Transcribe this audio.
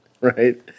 right